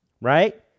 right